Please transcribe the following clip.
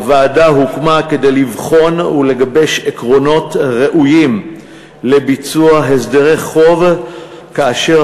הוועדה הוקמה כדי לבחון ולגבש עקרונות ראויים לביצוע הסדרי חוב כאשר